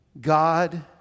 God